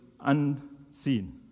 unseen